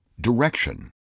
direction